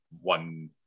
one